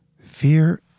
fear